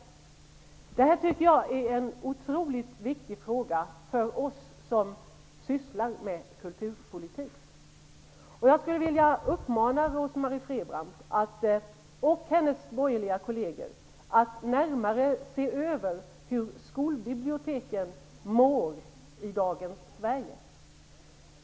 Jag tycker att det här är en otroligt viktig fråga för oss som sysslar med kulturpolitik. Jag skulle vilja uppmana Rose-Marie Frebran och hennes borgerliga kolleger att närmare se efter hur skolbiblioteken mår i dagens Sverige.